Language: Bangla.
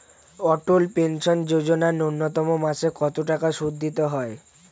অটল পেনশন যোজনা ন্যূনতম মাসে কত টাকা সুধ দিতে হয়?